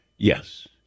Yes